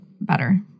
better